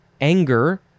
anger